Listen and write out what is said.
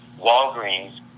Walgreens